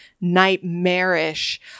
nightmarish